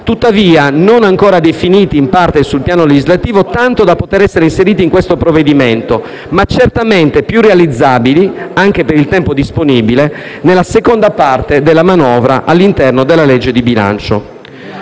ma non ancora definiti in parte sul piano legislativo, tanto da poter essere inseriti in questo provvedimento, ma certamente più realizzabili, anche per il tempo disponibile, nella seconda parte della manovra all'interno della legge di bilancio.